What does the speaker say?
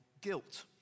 Guilt